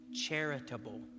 charitable